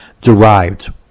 derived